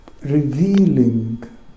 revealing